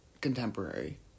contemporary